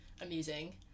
amusing